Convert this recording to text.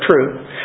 true